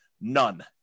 None